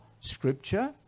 scripture